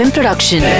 Production